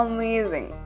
Amazing